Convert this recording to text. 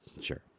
Sure